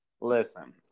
Listen